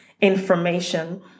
information